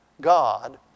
God